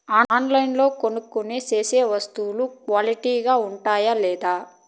ఆన్లైన్లో కొనుక్కొనే సేసే వస్తువులు క్వాలిటీ గా ఉండాయా లేదా?